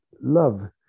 love